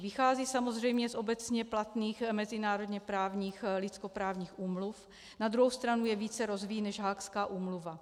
Vychází samozřejmě z obecně platných mezinárodněprávních lidskoprávních úmluv, na druhou stranu je více rozvíjí než Haagská úmluva.